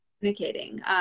communicating